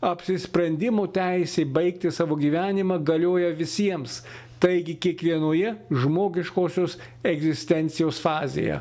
apsisprendimo teisė baigti savo gyvenimą galioja visiems taigi kiekvienoje žmogiškosios egzistencijos fazėje